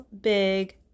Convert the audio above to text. big